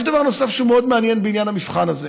יש דבר נוסף שהוא מאוד מעניין בעניין המבחן הזה.